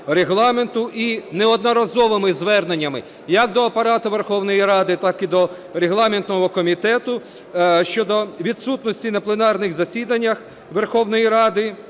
і неодноразовими зверненнями як до Апарату Верховної Ради, так і до регламентного комітету, щодо відсутності на пленарних засіданнях Верховної Ради